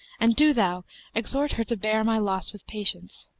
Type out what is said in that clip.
and do thou exhort her to bear my loss with patience